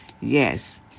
Yes